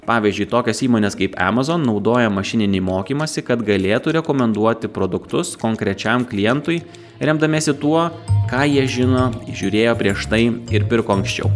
pavyzdžiui tokios įmonės kaip amazon naudoja mašininį mokymąsi kad galėtų rekomenduoti produktus konkrečiam klientui remdamiesi tuo ką jie žino žiūrėjo prieš tai ir pirko anksčiau